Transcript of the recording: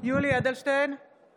ווליד טאהא